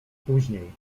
później